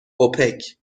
اوپک